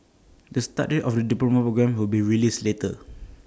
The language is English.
the start date of the diploma programme will be released later